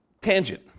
tangent